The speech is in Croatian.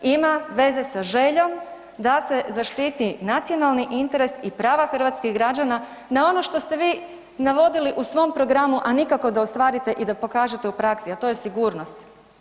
Ima veze sa željom da se zaštiti nacionalni interes i prava hrvatskih građana na ono što ste vi navodili u svom programu, a nikako da ostvarite i da pokažete u praksi, a to je sigurnost.